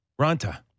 Ranta